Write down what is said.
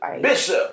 Bishop